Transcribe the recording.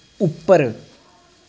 उप्पर